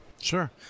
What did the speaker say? sure